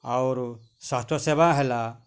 ଆଉରୁ ସ୍ଵାସ୍ଥ୍ୟ ସେବା ହେଲା